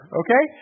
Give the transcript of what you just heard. okay